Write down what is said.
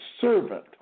servant